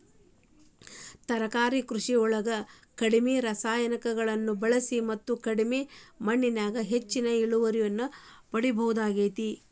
ತರಕಾರಿ ಕೃಷಿಯೊಳಗ ಕಡಿಮಿ ರಾಸಾಯನಿಕಗಳನ್ನ ಬಳಿಸಿ ಮತ್ತ ಕಡಿಮಿ ಮಣ್ಣಿನ್ಯಾಗ ಹೆಚ್ಚಿನ ಇಳುವರಿಯನ್ನ ಪಡಿಬೋದಾಗೇತಿ